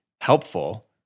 helpful